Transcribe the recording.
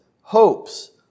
hopes